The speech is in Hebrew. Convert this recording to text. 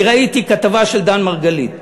אני ראיתי כתבה של דן מרגלית